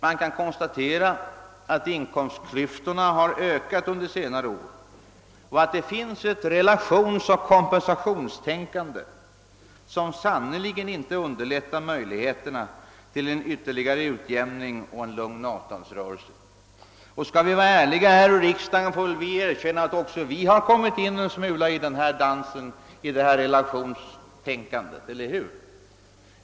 Man kan konstatera att dessa inkomstklyftor har vuxit under senare år och att det finns ett relationsoch kompensationstänkande som sannerligen inte ökar möjligheterna till en ytterligare utjämning och en lugn avtalsrörelse. Skall vi vara ärliga här i riksdagen, får vi väl erkänna att också vi har gett oss in i ett relationstänkande, eller hur?